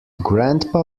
grandpa